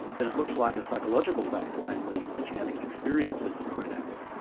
then it looks like a psychological fact, namely that you having and experiences of a red apple,